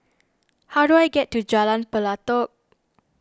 how do I get to Jalan Pelatok